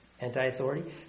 Anti-authority